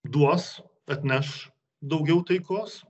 duos atneš daugiau taikos